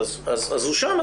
15(ב) אז הוא שם,